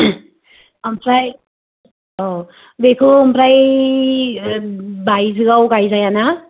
आमफ्राय औ बेखौ आमफ्राय बायजोयाव गायजायाना